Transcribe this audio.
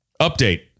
update